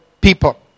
people